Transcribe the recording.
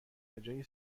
بجای